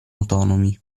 autonomi